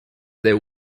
there